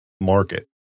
market